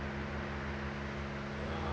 uh